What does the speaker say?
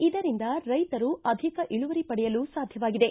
ಇದರಿಂದ ರೈತರುಅಧಿಕ ಇಳುವರಿ ಪಡೆಯಲು ಸಾಧ್ಯವಾಗಿದೆ